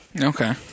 Okay